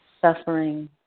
suffering